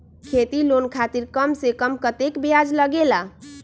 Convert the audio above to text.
खेती लोन खातीर कम से कम कतेक ब्याज लगेला?